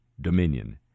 Dominion